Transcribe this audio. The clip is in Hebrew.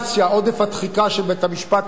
עודף התחיקה של בית-המשפט העליון,